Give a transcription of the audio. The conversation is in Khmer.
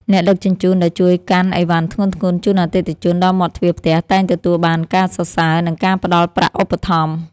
អ្នកដឹកជញ្ជូនដែលជួយកាន់អីវ៉ាន់ធ្ងន់ៗជូនអតិថិជនដល់មាត់ទ្វារផ្ទះតែងទទួលបានការសរសើរ និងការផ្ដល់ប្រាក់ឧបត្ថម្ភ។